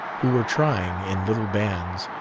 who were trying, in little bands,